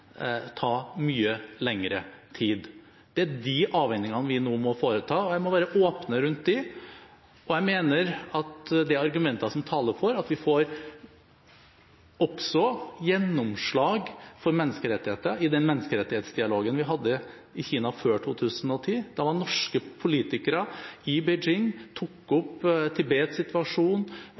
ta mye lengre tid. Det er disse avveiningene vi nå må foreta, og vi må være åpne rundt dem. Jeg mener det er argumenter som taler for at vi også får gjennomslag for menneskerettigheter i den menneskerettighetsdialogen vi hadde med Kina før 2010. Da var norske politikere i Beijing og tok opp Tibets situasjon,